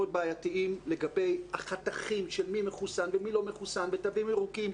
בעייתיים לגבי החתכים של מי מחוסן ומי לא מחוסן ותווים ירוקים,